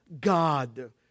God